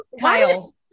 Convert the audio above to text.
Kyle